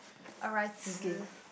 alright